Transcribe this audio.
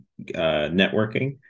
networking